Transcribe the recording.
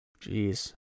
Jeez